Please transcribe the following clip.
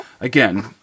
again